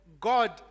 God